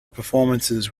performances